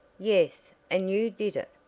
yes, and you did it!